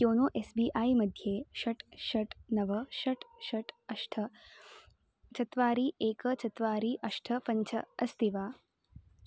YONO S B I मध्ये षट् षट् नव षट् षट् अष्ट चत्वारि एकं चत्वारि अष्ट पञ्च अस्ति वा